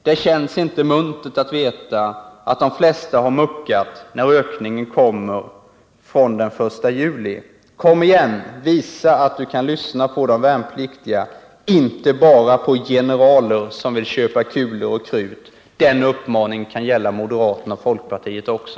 Det känns inte muntert att veta att de flesta har muckat när ökningen kommer, från första juli. Kom igen. Visa att du kan lyssna på de värnpliktiga, inte bara på generaler som vill köpa kulor och krut.” Den uppmaningen kan gälla moderaterna och folkpartiet också.